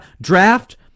draft